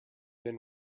been